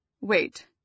Wait